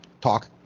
talk